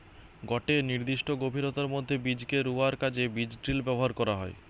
গটে নির্দিষ্ট গভীরতার মধ্যে বীজকে রুয়ার কাজে বীজড্রিল ব্যবহার করা হয়